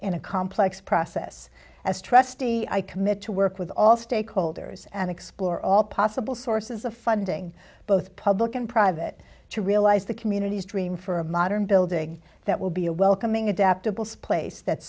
in a complex process as trustee i commit to work with all stakeholders and explore all possible sources of funding both public and private to realize the communities dream for a modern building that will be a welcoming adaptable space that